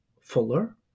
fuller